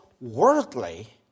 worldly